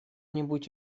нибудь